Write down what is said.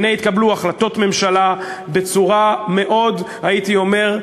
הנה, התקבלו החלטות ממשלה בצורה מאוד, הייתי אומר,